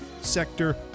sector